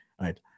right